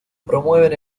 promueven